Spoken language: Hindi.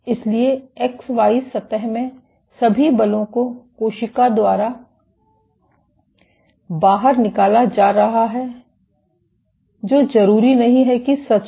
इसलिए एक्स वाई सतह में सभी बलों को कोशिका द्वारा बाहर निकाला जा रहा है जो जरूरी नहीं है कि सच हो